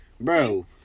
Bro